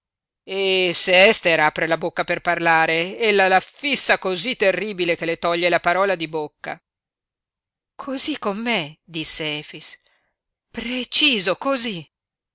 e se ester apre la bocca per parlare ella la fissa cosí terribile che le toglie la parola di bocca cosí con me disse efix preciso cosí